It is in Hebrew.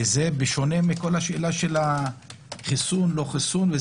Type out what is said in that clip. וזה בשונה מכל השאלה של החיסון, לא חיסון.